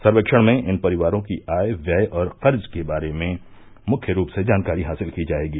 सर्वेक्षण में इन परिवारों की आय व्यय और कर्ज के बारे में मुख्य रूप से जानकारी हासिल की जाएगी